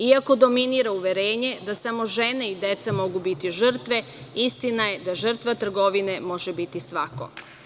Iako dominira uverenje da samo žene i deca mogu biti žrtve, istina je da žrtva trgovine može biti svako.